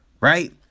Right